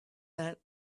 that